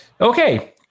Okay